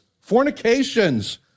fornications